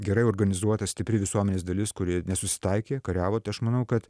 gerai organizuota stipri visuomenės dalis kuri nesusitaikė kariavo tai aš manau kad